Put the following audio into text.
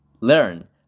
learn